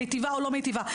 מיטיבה או לא מיטיבה.